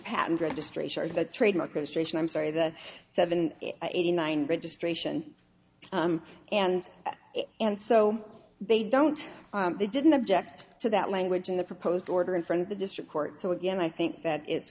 patent registration or the trademark restriction i'm sorry the seven eighty nine registration and and so they don't they didn't object to that language in the proposed order in front of the district court so again i think that it's